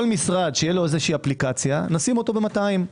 כל משרד שתהיה לו אפליקציה נשים אותו ב-200.